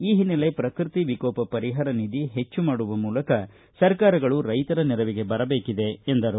ಈ ಹಿನ್ನೆಲೆ ಪ್ರಕೃತಿ ವಿಕೋಪ ಪರಿಹಾರ ನಿಧಿ ಹೆಚ್ಚು ಮಾಡುವ ಮೂಲಕ ಸರ್ಕಾರಗಳು ರೈತರ ನೆರವಿಗೆ ಬರಬೇಕಿದೆ ಎಂದರು